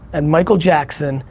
and michael jackson,